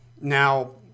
Now